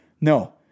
No